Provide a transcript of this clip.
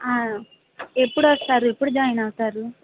ఎప్పుడు వస్తారు ఎప్పుడు జాయిన్ అవుతారు